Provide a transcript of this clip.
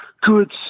good